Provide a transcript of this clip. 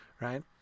right